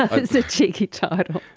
ah it is a cheeky title!